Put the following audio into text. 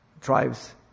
tribes